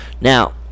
Now